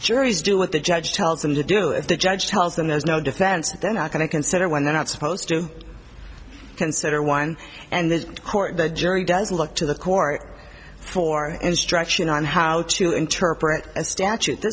juries do what the judge tells them to do if the judge tells them there's no defense they're not going to consider when they're not supposed to consider one and this court that jerry does look to the court for instruction on how to interpret a statute